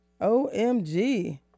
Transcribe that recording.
OMG